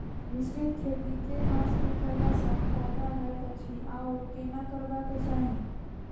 मिश्रित खेती केँ मास मे कैला सँ फायदा हएत अछि आओर केना करबाक चाहि?